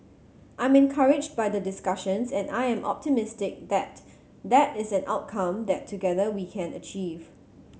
I'm encouraged by the discussions and I am optimistic that that is an outcome that together we can achieve